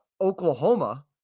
Oklahoma